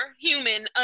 human